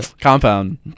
compound